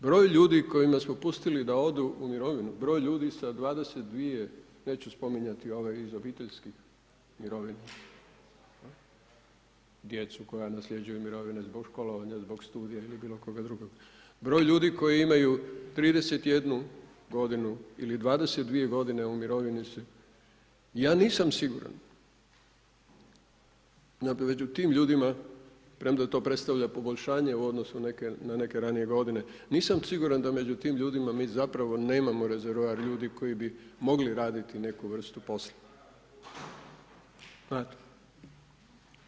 Broj ljudi kojima smo pustili da odu u mirovinu, broj ljudi sa 22, neću spominjati ove iz obiteljskih mirovina djecu koja nasljeđuju mirovine zbog školovanja, zbog studija ili bilo koga drugog, broj ljudi koji imaju 31 godinu ili 22 godine u mirovini su ja nisam siguran da bi među tim ljudima premda to predstavlja poboljšanje u odnosu na neke ranije godine, nisam siguran da među tim ljudima mi zapravo nemamo rezervoar ljudi koji bi mogli raditi neku vrstu posla, znate.